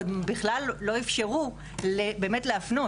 בכלל לא אפשרו להפנות.